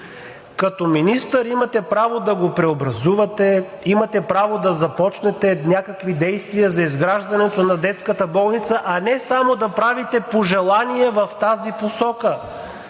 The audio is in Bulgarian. Като министър имате право да го преобразувате, имате право да започнете някакви действия за изграждането на детската болница, а не само да правите пожелания в тази посока.